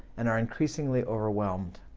and are increasingly overwhelmed.